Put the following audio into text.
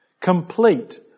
Complete